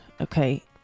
Okay